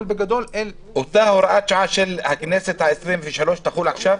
אבל בגדול --- אותה הוראת שעה של הכנסת ה-23 תחול עכשיו?